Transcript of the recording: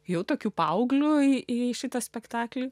ėjau tokiu paaugliu į į šitą spektaklį